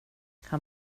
han